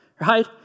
right